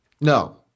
No